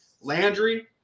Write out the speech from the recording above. Landry